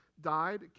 died